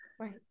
Right